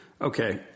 Okay